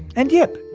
and, yep,